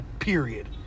period